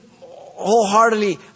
wholeheartedly